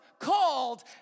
called